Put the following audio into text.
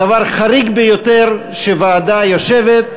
הדבר חריג ביותר, שוועדה יושבת.